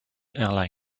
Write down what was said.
airlines